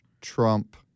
Trump